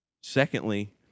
Secondly